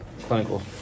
clinical